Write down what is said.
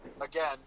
again